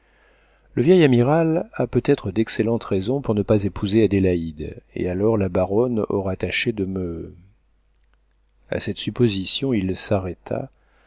le vieil amiral a peut-être d'excellentes raisons pour ne pas épouser adélaïde et alors la baronne aura tâché de me a cette supposition il s'arrêta